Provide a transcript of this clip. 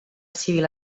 civil